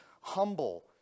humble